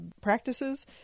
practices